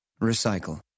Recycle